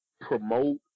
promote